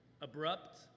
Abrupt